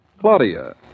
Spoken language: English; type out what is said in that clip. Claudia